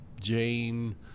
jane